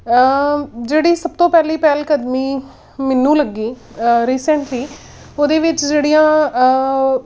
ਜਿਹੜੀ ਸਭ ਤੋਂ ਪਹਿਲੀ ਪਹਿਲ ਕਦਮੀ ਮੈਨੂੰ ਲੱਗੀ ਰੀਸੈਨਟਲੀ ਉਹਦੇ ਵਿੱਚ ਜਿਹੜੀਆਂ